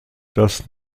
das